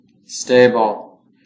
stable